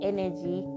Energy